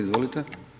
Izvolite.